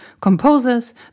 composers